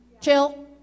chill